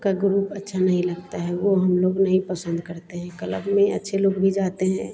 का ग्रुप अच्छा नहीं लगता है वह हमलोग नहीं पसन्द करते हैं क्लब में अच्छे लोग भी जाते हैं